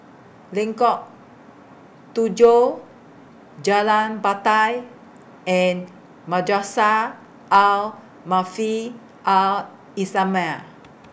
Lengkok Tujoh Jalan Batai and Madrasah Al Maarif Al Islamiah